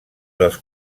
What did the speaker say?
dels